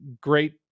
great